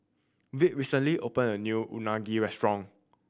Vick recently opened a new Unagi restaurant